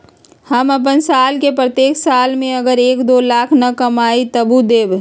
हम अपन साल के प्रत्येक साल मे अगर एक, दो लाख न कमाये तवु देम?